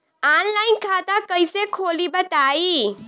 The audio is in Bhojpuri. आनलाइन खाता कइसे खोली बताई?